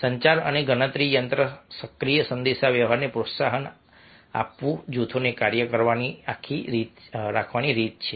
સંચાર અને ગણતરી યંત્ર સક્રિય સંદેશાવ્યવહારને પ્રોત્સાહન આપવું જૂથોને કાર્ય પર રાખવાની રીતો છે